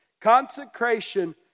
Consecration